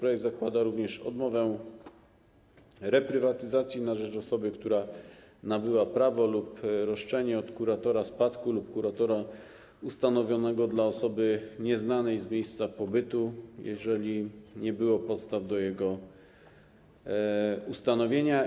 Projekt zakłada również odmowę reprywatyzacji na rzecz osoby, która nabyła prawo lub roszczenie od kuratora spadku lub kuratora ustanowionego dla osoby nieznanej z miejsca pobytu, jeżeli nie było podstaw do jego ustanowienia.